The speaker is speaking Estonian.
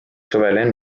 suvel